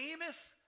famous